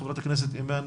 חברת הכנסת אימאן